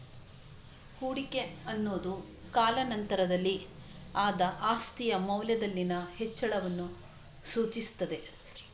ಹೂಡಿಕೆ ಅನ್ನುದು ಕಾಲಾ ನಂತರದಲ್ಲಿ ಆದ ಆಸ್ತಿಯ ಮೌಲ್ಯದಲ್ಲಿನ ಹೆಚ್ಚಳವನ್ನ ಸೂಚಿಸ್ತದೆ